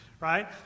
Right